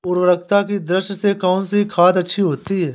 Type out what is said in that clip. उर्वरकता की दृष्टि से कौनसी खाद अच्छी होती है?